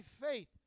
faith